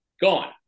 gone